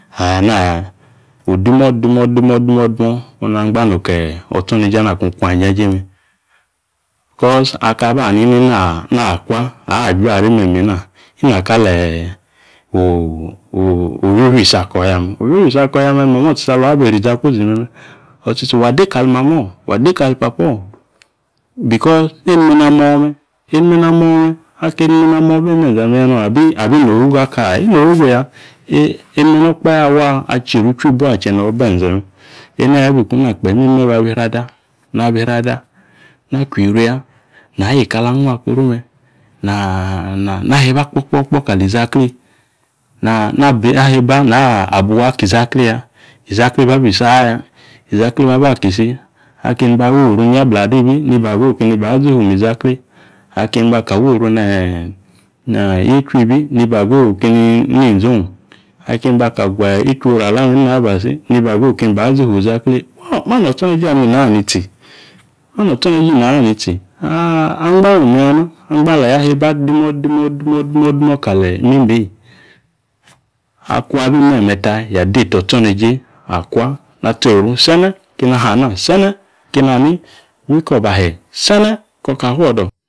Ayana ya odumo̱ dumo dumo dumo̱. Ana angba no ke otsoneje ana kung kwai injanje me̱ cos aka aba anini na kwa, ajuare meme eena, inakale ofiofi isi ako̱ yame. Ofiofi isi ako ya me̱, mamo tsitsi alung abi isri izakui me̱, otsitsi wa dekali mamo̱ wa dekali papa̱o̱ because nenime namo me. Enime namo me̱, aki enime namo ibi e̱nde̱ e̱nze anime̱ya no̱m abi ina ogogo ako aa? Inogogo ya. Enime no okpahe waa atsi yieru ichwi ibi aa che no̱ benze me. Eena yabi kuna kpe nimimi babi isri ada, nabi isri ada, na kwieru ya, na yeka ala aghua. Koru me̱ nla heeba kpo kpo̱ kpo̱ kali izaklee na heeba na abuwu aki izaklee ya. Izaklee eba bi si aya, ki izaklee babaaaki si, aki eni ba woru niablada ibi, niba ago kini zi hu mizaklee. Aki eni ba woru niechwa ibi, niba geyi oki eni ninzo ong. Aki eni baka gu ichworu alam neni aba si, ni ba geyi oki eni ba zi hu zaklee. Ho ma notsoneje ani inaani tsi, ma notsoneje inaani tsi. angba me̱me̱ ya na, angba aleeyi aheba dumo dumo dumo dumo kali mime eeyi. Akung abi nemeta, ya deta otsoneje akwa, na tsoyieru sene. keni ha ana, sene keni ha ni wi ikobahe se̱ne koka fuodo